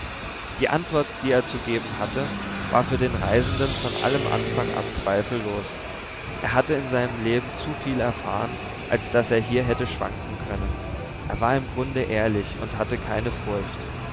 die antwort die er zu geben hatte war für den reisenden von allem anfang an zweifellos er hatte in seinem leben zu viel erfahren als daß er hier hätte schwanken können er war im grunde ehrlich und hatte keine furcht